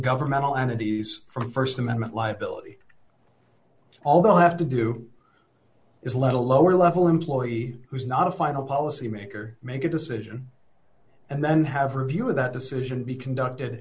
governmental entities from st amendment liability although have to do is let a lower level employee who's not a final policymaker make a decision and then have a review of that decision be conducted